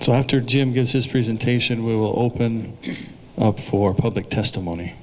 so after jim gives his presentation we will open up for public testimony